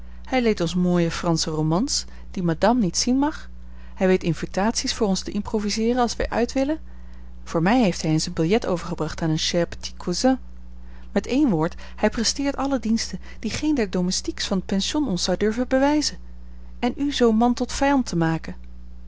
hij leent ons mooie fransche romans die madame niet zien mag hij weet invitaties voor ons te improviseeren als wij uit willen voor mij heeft hij eens een biljet overgebracht aan een cher petit cousin met één woord hij presteert alle diensten die geen der domestiques van t pension ons zou durven bewijzen en u zoo'n man tot vijand te maken